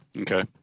Okay